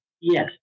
yes